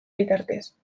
bitartez